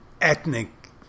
ethnic